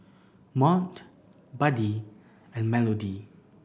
Mont Buddy and Melodee